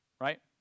Right